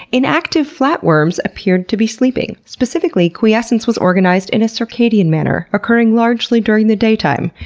inactive flatworms appeared to be sleeping, specifically quiescence was organized in a circadian manner, occurring largely during the daytime.